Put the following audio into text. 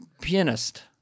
pianist